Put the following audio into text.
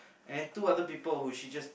and two other people whom she just